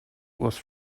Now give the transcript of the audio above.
was